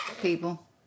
people